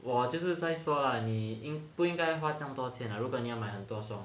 我就是再说 lah 你应不应该花这么多钱 lah 如果你要买很多多双